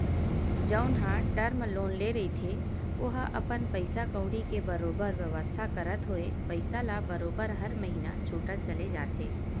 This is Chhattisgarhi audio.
जउन ह टर्म लोन ले रहिथे ओहा अपन पइसा कउड़ी के बरोबर बेवस्था करत होय पइसा ल बरोबर हर महिना छूटत चले जाथे